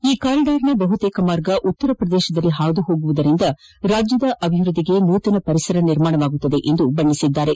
ಈ ಕಾರಿಡಾರ್ನ ಬಹುತೇಕ ಮಾರ್ಗ ಉತ್ತರ ಪ್ರದೇಶದಲ್ಲಿ ಹಾದುಹೋಗುವುದರಿಂದ ರಾಜ್ಯದ ಅಭಿವೃದ್ದಿಗೆ ನೂತನ ಪರಿಸರ ನಿರ್ಮಾಣವಾಗಲಿದೆ ಎಂದು ಬಣ್ಣಿಸಿದರು